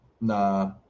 Nah